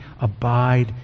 abide